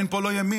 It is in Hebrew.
אין פה לא ימין,